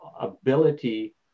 ability